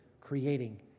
creating